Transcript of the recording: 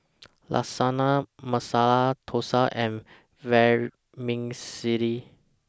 Lasagna Masala Dosa and Vermicelli